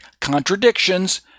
contradictions